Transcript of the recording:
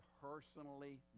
personally